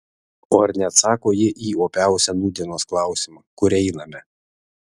o ar neatsako ji į opiausią nūdienos klausimą kur einame